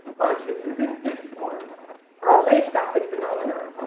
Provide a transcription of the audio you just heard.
monstrance's in this form are a late gothic phenomenon.